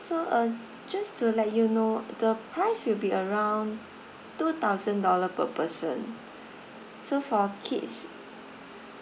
so uh just to let you know the price will be around two thousand dollar per person so for kids